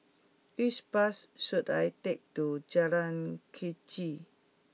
which bus should I take to Jalan Kechil